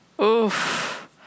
Oof